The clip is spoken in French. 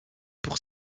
pour